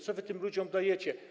Co wy tym ludziom dajecie?